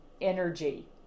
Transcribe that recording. Energy